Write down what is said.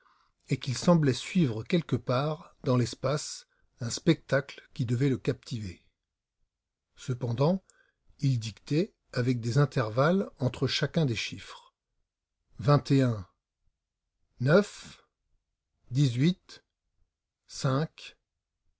et qu'ils semblaient suivre quelque part dans l'espace un spectacle qui devait le captiver cependant il dictait avec des intervalles entre chacun des chiffres